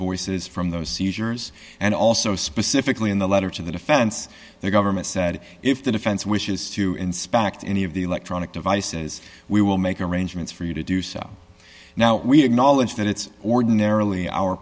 voices from those seizures and also specifically in the letter to the defense the government said if the defense wishes to inspect any of the electronic devices we will make arrangements for you to do so now we acknowledge that it's ordinarily our